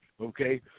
Okay